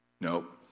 Nope